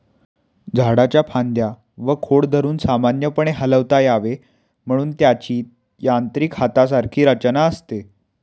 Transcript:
झाडाच्या फांद्या व खोड धरून सामान्यपणे हलवता यावे म्हणून त्याची यांत्रिक हातासारखी रचना असते